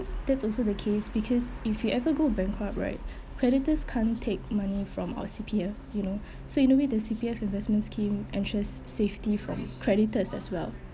that's also the case because if you ever go bankrupt right creditors can't take money from our C_P_F you know so in a way the C_P_F investment scheme ensures safety from creditors as well